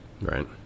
Right